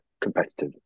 competitive